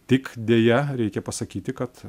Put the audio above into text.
tik deja reikia pasakyti kad